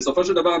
בסופו של דבר,